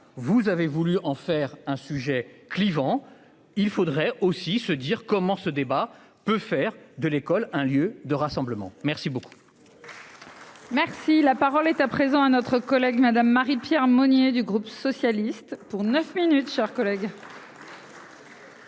Vous avez voulu en faire un sujet clivant. Il faudrait aussi se dire comment ce débat peut faire de l'école un lieu de rassemblement. Merci beaucoup. Merci la parole est à présent à notre collègue Madame Marie-Pierre Monnier du groupe socialiste pour 9 minutes, chers collègues.